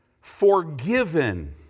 forgiven